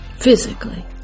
physically